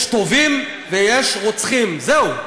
יש טובים, ויש רוצחים, זהו.